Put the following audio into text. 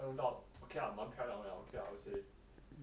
then 弄到 okay lah 蛮漂亮 liao I would say